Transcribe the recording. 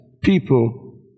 people